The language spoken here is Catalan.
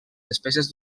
despeses